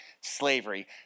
slavery